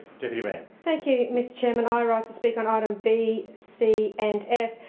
deputy mayor thank you, mr chairman, i rise to speak on items b, c and f.